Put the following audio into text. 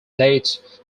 dates